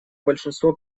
большинство